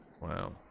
Wow